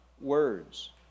words